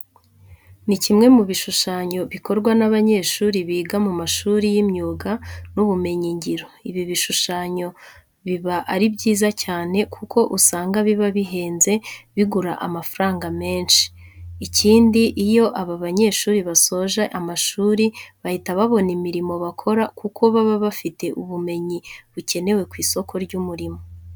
Iki ni kimwe mu bishushanyo bikorwa n'abanyeshuri biga mu mashuri y'imyuga n'ubumenyingiro. Ibi bishusanyo biba ari byiza cyane kuko usanga biba bihenze bigura amafaranga menshi. Ikindi iyo aba banyeshuri basoje amashuri bahita babona imirimo bakora kuko baba bafite ubumenyi bukenewe ku isoko ry'umurimo.